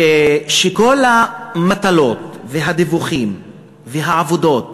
שכל המטלות, הדיווחים והעבודות